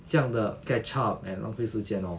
这样的 catch up and 浪费时间 lor